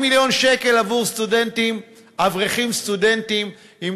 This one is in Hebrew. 80 מיליון שקל עבור אברכים סטודנטים עם